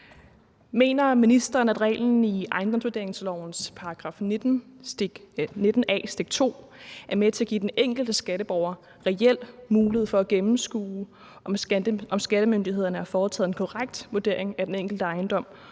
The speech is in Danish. Mener ministeren, at reglen i ejendomsvurderingslovens § 19 a, stk. 2, er med til at give den enkelte skatteborger reel mulighed for at gennemskue, om skattemyndighederne har foretaget en korrekt vurdering af den enkelte ejendom,